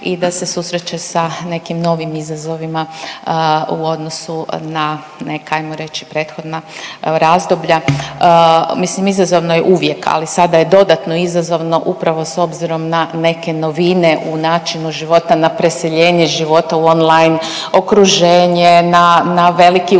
i da se susreće sa nekim novim izazovima u odnosu na neka, hajmo reći prethodna razdoblja. Mislim izazovno je uvijek, ali sada je dodatno izazovno upravo s obzirom na neke novine u načinu života, na preseljenje života u on-line okruženje, na veliki utjecaj